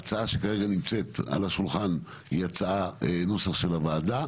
ההצעה שכרגע נמצאת על השולחן היא נוסח של הוועדה.